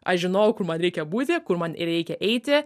aš žinojau kur man reikia būti kur man ir reikia eiti